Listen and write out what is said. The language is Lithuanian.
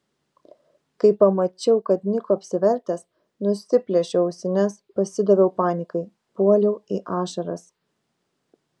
kai pamačiau kad niko apsivertęs nusiplėšiau ausines pasidaviau panikai puoliau į ašaras